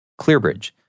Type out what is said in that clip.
ClearBridge